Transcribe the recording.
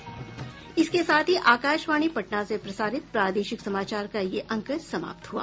इसके साथ ही आकाशवाणी पटना से प्रसारित प्रादेशिक समाचार का ये अंक समाप्त हुआ